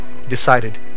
decided